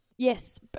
Yes